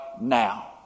now